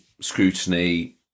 scrutiny